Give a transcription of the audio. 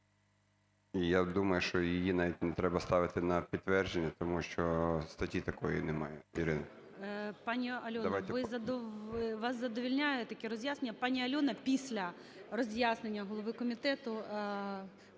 я думаю, що її навіть не треба ставити на підтвердження, тому що статті такої немає. Ірино, давайте… ГОЛОВУЮЧИЙ. Пані Альона, вас задовільняє таке роз'яснення? Пані Альона після роз'яснення голови комітету…